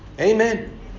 Amen